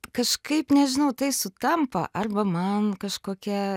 kažkaip nežinau tai sutampa arba man kažkokie